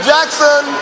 Jackson